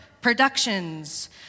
Productions